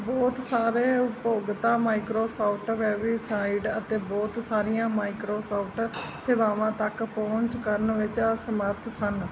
ਬਹੁਤ ਸਾਰੇ ਉਪਭੋਗਤਾ ਮਾਈਕ੍ਰੋਸਾਫਟ ਵੈਬਸਾਈਟ ਅਤੇ ਬਹੁਤ ਸਾਰੀਆਂ ਮਾਈਕ੍ਰੋਸਾਫਟ ਸੇਵਾਵਾਂ ਤੱਕ ਪਹੁੰਚ ਕਰਨ ਵਿੱਚ ਅਸਮਰੱਥ ਸਨ